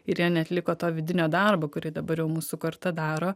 ir jie neatliko to vidinio darbo kurį dabar jau mūsų karta daro